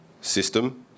system